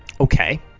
Okay